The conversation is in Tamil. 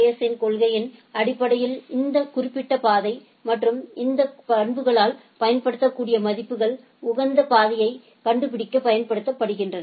எஸ் இன் கொள்கையின் அடிப்படையில் அந்த குறிப்பிட்ட பாதை மற்றும் இந்த பண்புக்கூறுகள் பயன்படுத்தக்கூடிய மதிப்புகள் உகந்த பாதையை கண்டுபிடிக்க பயன்படுத்தப்படுகின்றன